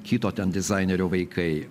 kito ten dizainerio vaikai